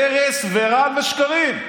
ארס ורעל ושקרים.